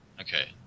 Okay